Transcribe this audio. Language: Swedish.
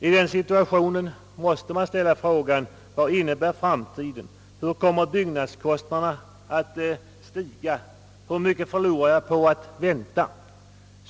I den situationen kan man fråga: Vad kommer framtiden att innebära? Hur mycket kommer byggnadskostnaderna att stiga, om jag väntar? Hur mycket förlorar jag på att vänta?